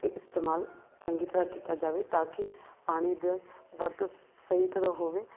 ਇਸਤੇਮਾਲ ਚੰਗੀ ਤਰ੍ਹਾਂ ਕੀਤਾ ਜਾਵੇ ਤਾਂ ਕਿ ਪਾਣੀ ਦਾ ਵਰਤੋਂ ਸਹੀ ਤਰ੍ਹਾਂ ਹੋਵੇ